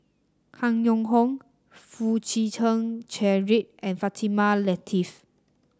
Yong Hong Foo Chee Keng Cedric and Fatimah Lateef